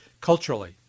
culturally